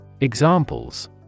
Examples